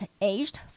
aged